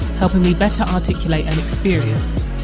helping me better articulate an experience.